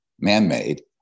man-made